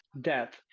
death